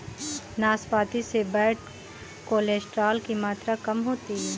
नाशपाती से bad cholesterol की मात्रा कम होती है